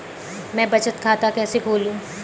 मैं बचत खाता कैसे खोलूं?